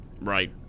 Right